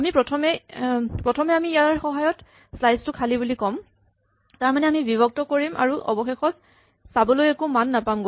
প্ৰথমে আমি ইয়াৰ সহায়ত স্লাইচ টো খালী বুলি ক'ম তাৰমানে আমি বিভক্ত কৰিম আৰু অৱশেষত চাবলৈ একো মান নাপামগৈ